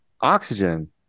oxygen